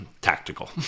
tactical